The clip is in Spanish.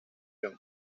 john